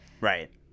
Right